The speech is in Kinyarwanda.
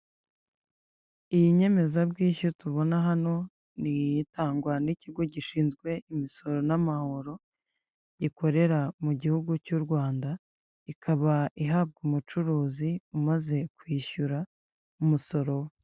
Iyi nyemezabwishyu tubona hano, ni itangwa n'ikigo gishinzwe imisoro n'amahoro, gikorera mu gihugu cy'u Rwanda ikaba ihabwa umucuruzi umaze kwishyura umusoro.